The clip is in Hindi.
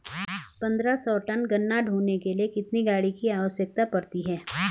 पन्द्रह सौ टन गन्ना ढोने के लिए कितनी गाड़ी की आवश्यकता पड़ती है?